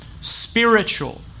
spiritual